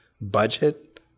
budget